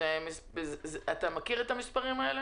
האם אתה מכיר את המספרים האלה?